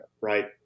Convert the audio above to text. right